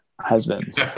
husbands